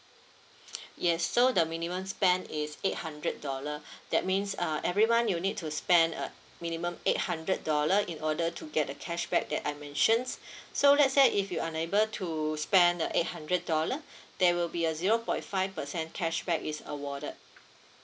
yes so the minimum spend is eight hundred dollar that means uh every month you need to spend a minimum eight hundred dollar in order to get the cashback that I mentions so let's say if you unable to spend the eight hundred dollar there will be a zero point five percent cashback is awarded